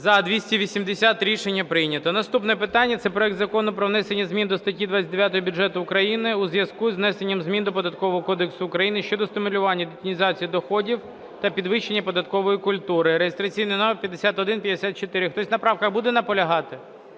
За-280 Рішення прийнято. Наступне питання – це проект Закону про внесення зміни до статті 29 Бюджетного кодексу України у зв'язку із внесенням змін до Податкового кодексу України щодо стимулювання детінізації доходів та підвищення податкової культури (реєстраційний номер 5154). Хтось на правках буде наполягати?